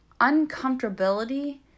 uncomfortability